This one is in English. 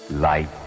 light